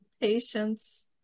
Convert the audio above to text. patience